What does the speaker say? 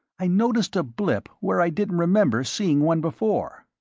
i noticed a blip where i didn't remember seeing one before.